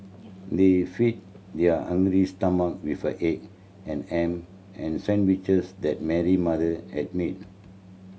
they feed their hungry stomach with the egg and ham and sandwiches that Mary mother had made